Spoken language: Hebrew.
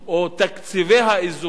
או תקציבי האיזון,